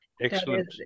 excellent